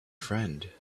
friend